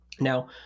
Now